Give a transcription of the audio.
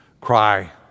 cry